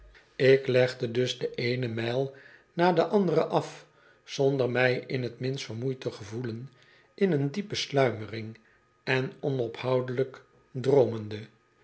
ik legde dus de eene mijl'na de andere af zonder mij in t minst vermoeid te gevoelen in eene diepe sluimering en onophoudelijk droomende